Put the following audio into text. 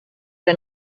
que